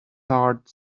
heart